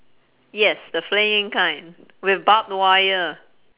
yes the flaying kind with barbed wire